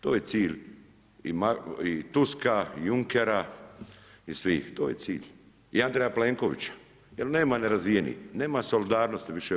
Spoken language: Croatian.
To je cilj i Tuska i Junkera i svih to je cilj i Andreja Pelnkovića, jer nema nerazvijenih, nema solidarnosti više u EU.